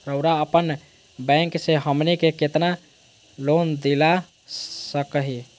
रउरा अपन बैंक से हमनी के कितना लोन दिला सकही?